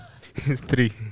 Three